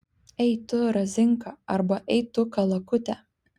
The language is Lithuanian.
ei tu razinka arba ei tu kalakute